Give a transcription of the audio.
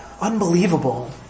unbelievable